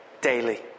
Daily